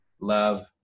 Love